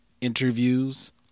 interviews